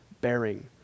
bearing